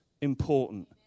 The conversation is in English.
important